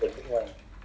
oh